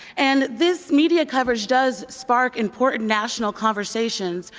and this media coverage does spark important national conversations.